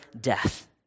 death